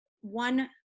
one